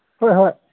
ꯍꯣꯏ ꯍꯣꯏ